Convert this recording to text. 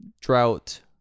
drought